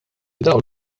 dawn